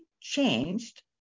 changed